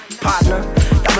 Partner